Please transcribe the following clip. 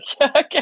Okay